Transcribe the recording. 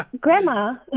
grandma